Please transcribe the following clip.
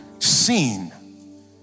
Seen